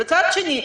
מצד שני,